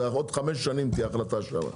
בעוד חמש שנים תהיה החלטה שם.